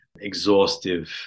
exhaustive